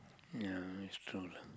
ya it's true lah